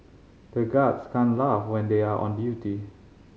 the guards can't laugh when they are on duty